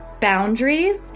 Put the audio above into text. boundaries